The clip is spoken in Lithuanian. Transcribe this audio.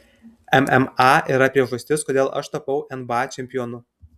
mma yra priežastis kodėl aš tapau nba čempionu